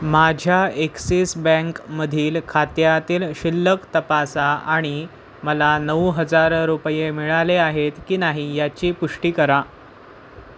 माझ्या ॲक्सिस बँकमधील खात्यातील शिल्लक तपासा आणि मला नऊ हजार रुपये मिळाले आहेत की नाही याची पुष्टी करा